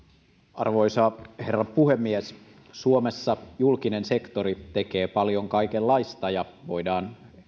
arvoisa herra puhemies suomessa julkinen sektori tekee paljon kaikenlaista ja voidaan